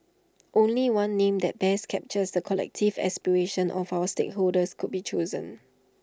only one name that best captures the collective aspirations of our stakeholders could be chosen